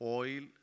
oil